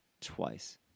twice